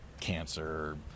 cancer